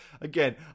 again